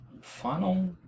final